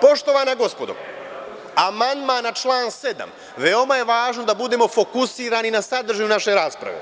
Poštovana gospodo, amandman na član 7, veoma je važno da budemo fokusirani na sadržinu naše rasprave,